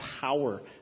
power